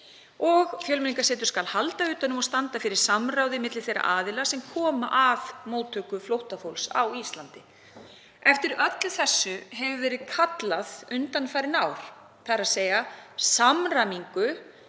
og setrið skal halda utan um og standa fyrir samráði milli þeirra aðila sem koma að móttöku flóttafólks á Íslandi. Eftir öllu þessu hefur verið kallað undanfarin ár, þ.e. samræmingu